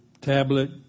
tablet